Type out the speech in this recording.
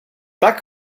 tak